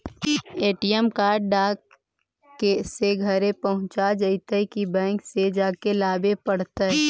ATM card डाक से घरे पहुँच जईतै कि बैंक में जाके लाबे पड़तै?